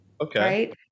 okay